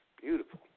Beautiful